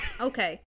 Okay